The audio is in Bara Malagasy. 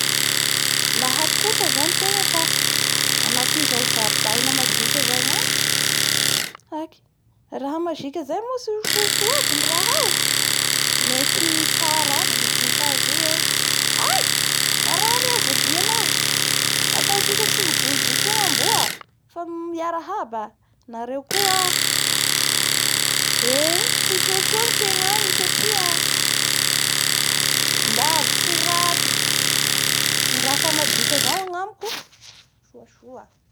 Laha tota zany tenga ka anatin'izao jardaina magique zao angy, haky raha magique zay moa ka tsy ho soa soa any ny raha ao mety hitsara aby ngy vonikazo io hoe: hay marary iaho voadianao, ataontsiky tsy mivovov koa ny amboa fa miarahaba: Nareo koa aa! ee ho soasoa ny fiegna any satria avitsy ny raty ka raha magique zao ny any ko.